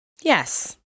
Yes